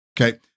Okay